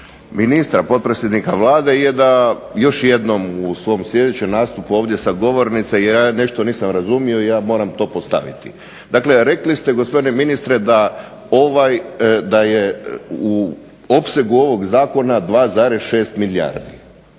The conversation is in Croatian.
ministra potpredsjednika Vlade je da još jednom u svom sljedećem nastupu ovdje sa govornice jer ja nešto nisam razumio, ja moram to postaviti. Dakle, rekli ste gospodine ministre da ovaj, da je u opsegu ovog zakona 2,6 milijardi,